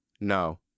No